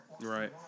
Right